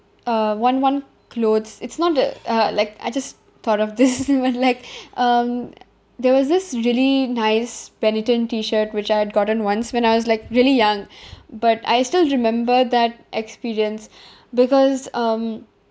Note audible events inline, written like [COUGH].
uh one one clothes it's not the uh like I just thought of this [LAUGHS] when like [BREATH] um there was this really nice Benetton T shirt which I had gotten once when I was like really young [BREATH] but I still remember that experience [BREATH] because um